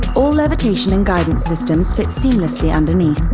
all levitation and guidance systems fit seamlessly underneath.